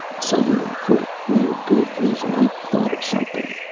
suddenly, for no good reason, i thought of something.